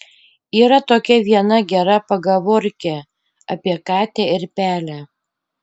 yra tokia viena gera pagavorkė apie katę ir pelę